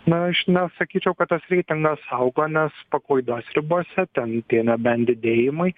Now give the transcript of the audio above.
na aš nesakyčiau kad tas reitingas auga nes paklaidos ribose ten tie nebent didėjimai